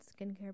skincare